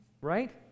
right